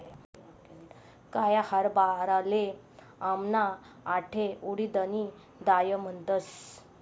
काया हरभराले आमना आठे उडीदनी दाय म्हणतस